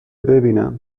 ببینم